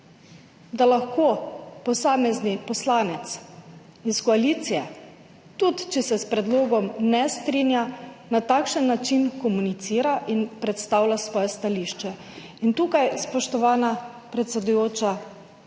da lahko posamezni poslanec iz koalicije, tudi če se s predlogom ne strinja, na takšen način komunicira in predstavlja svoje stališče. Tukaj, spoštovana predsedujoča,